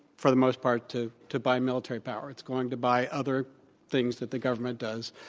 for the most part, to to buy military power. it's going to buy other things that the government does,